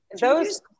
Those-